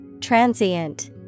Transient